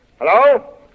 Hello